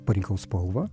parinkau spalvą